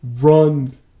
runs